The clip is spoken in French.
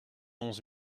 onze